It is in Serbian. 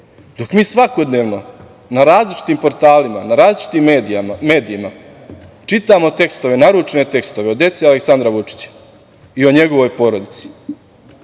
Dok mi svakodnevno na različitim portalima, na različitim medijima čitamo tekstove, naručene tekstove o deci Aleksandra Vučića i o njegovoj porodici,